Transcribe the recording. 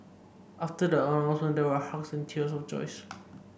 after the announcement there were hugs and tears of joys